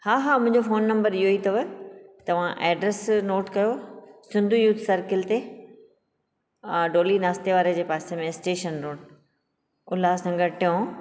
हा हा मुंहिंजो फ़ोन नंबर इहो ई अथव तव्हां एड्रेस नोट कयो सिन्धी यूथ सर्किल ते आहे डोली नास्ते वारे जे पासे में स्टेशन रोड उल्हासनगर टियों